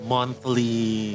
Monthly